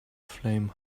flame